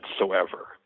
whatsoever